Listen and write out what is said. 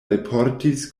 alportis